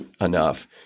enough